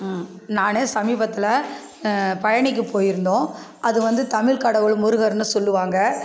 ம் நான் சமீபத்தில் பழனிக்கு போயிருந்தோம் அது வந்து தமிழ் கடவுள் முருகர்னு சொல்லுவாங்க